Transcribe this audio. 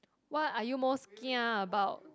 what are you most kia about